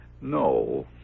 no